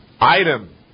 item